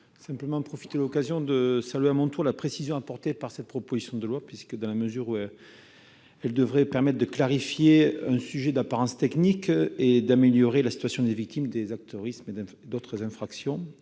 madame la ministre, je veux saluer à mon tour la précision apportée par cette proposition de loi, dans la mesure où elle devrait permettre de clarifier un sujet d'apparence technique et d'améliorer la situation des victimes des actes terroristes et d'autres infractions.